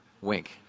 Wink